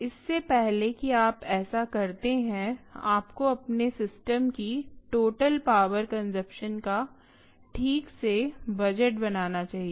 इससे पहले कि आप ऐसा करते हैं आपको अपने सिस्टम की टोटल पावर कोन्सुम्प्शन का ठीक से बजट बनाना चाहिए